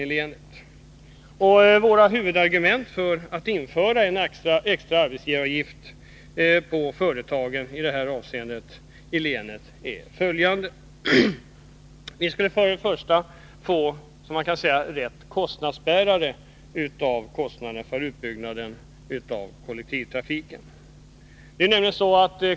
Huvudargumentet för att införa en extra arbetsgivaravgift på företagen i länet är följande. Vi skulle få rätt kostnadsbärare av kostnaden för utbyggnaden av kollektivtrafiken.